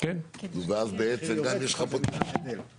ויורד ככל שהמתקן גדול יותר,